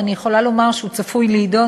ואני יכולה לומר שהוא צפוי להידון,